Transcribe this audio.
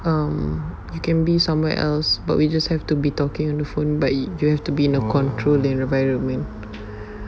um it can be somewhere else but we just have to be talking on the phone but you you have to be in a controlled environment